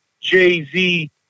Jay-Z